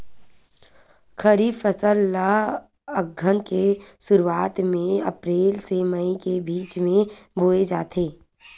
खरीफ फसल ला अघ्घन के शुरुआत में, अप्रेल से मई के बिच में बोए जाथे